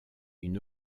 une